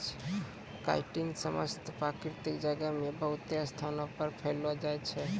chitin समस्त प्रकृति जगत मे बहुते स्थानो पर पैलो जाय छै